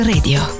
Radio